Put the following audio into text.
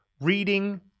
reading